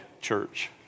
church